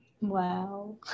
Wow